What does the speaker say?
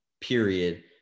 period